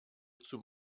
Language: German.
zum